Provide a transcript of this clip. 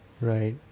Right